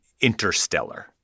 interstellar